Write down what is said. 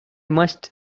must